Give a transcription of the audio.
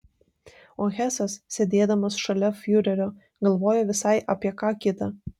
o hesas sėdėdamas šalia fiurerio galvojo visai apie ką kitą